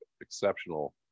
exceptional